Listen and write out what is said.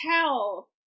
tell